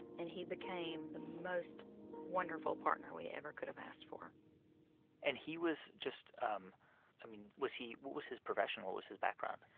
and he became the most wonderful partner we ever could have asked for and he was just um i mean, was he what was his profession? what was his background?